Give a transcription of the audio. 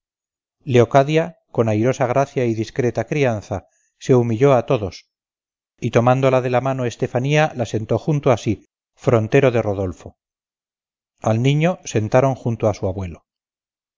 palabra leocadia con airosa gracia y discreta crianza se humilló a todos y tomándola de la mano estefanía la sentó junto a sí frontero de rodolfo al niño sentaron junto a su abuelo